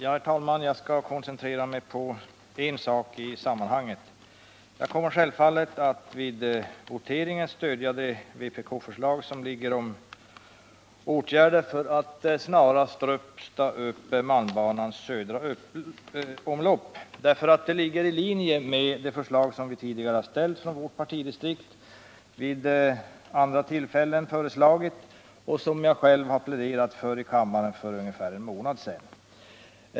Herr talman! Jag skall koncentrera mig på en sak i sammanhanget. Självfallet kommer jag att vid voteringen stödja det vpk-förslag som föreligger om åtgärder för att snarast rusta upp malmbanans södra omlopp, därför att det ligger i linje med det förslag som vi tidigare ställt från vårt partidistrikt och som jag själv har pläderat för i kammaren för ungefär en månad sedan.